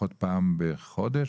לפחות פעם בחודש?